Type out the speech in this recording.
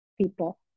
people